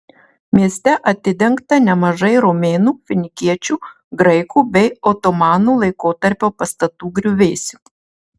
mieste atidengta nemažai romėnų finikiečių graikų bei otomanų laikotarpio pastatų griuvėsių